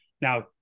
Now